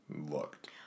looked